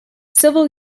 civil